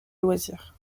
loisirs